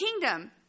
kingdom